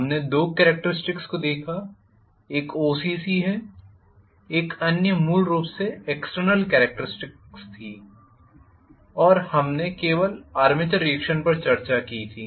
हमने दो कॅरेक्टरिस्टिक्स को देखा एक ओसीसी है एक अन्य मूल रूप से एक्सटर्नल कॅरेक्टरिस्टिक्स थीं और मैंने केवल आर्मेचर रिएक्शन पर चर्चा की थी